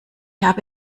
habe